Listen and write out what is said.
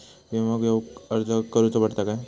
विमा घेउक अर्ज करुचो पडता काय?